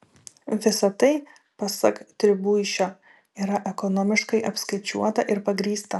visa tai pasak tribuišio yra ekonomiškai apskaičiuota ir pagrįsta